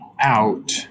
out